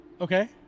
okay